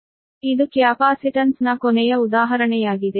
ಆದ್ದರಿಂದ ಇದು ಆದ್ದರಿಂದ ಇದು ಕ್ಯಾಪಾಸಿಟನ್ಸ್ ನ ಕೊನೆಯ ಉದಾಹರಣೆಯಾಗಿದೆ